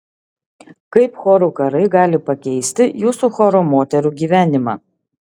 kaip chorų karai gali pakeisti jūsų choro moterų gyvenimą